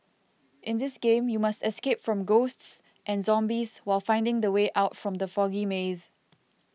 in this game you must escape from ghosts and zombies while finding the way out from the foggy maze